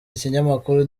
ikinyamakuru